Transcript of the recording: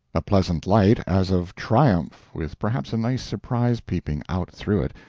a pleasant light, as of triumph with perhaps a nice surprise peeping out through it,